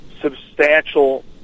substantial